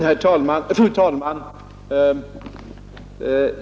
Fru talman!